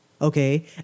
Okay